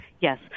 yes